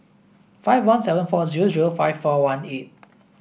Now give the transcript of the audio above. five one seven four zero zero five four one eight